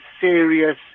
serious